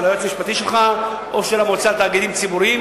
היועץ המשפטי שלך או של המועצה לתאגידים ציבוריים.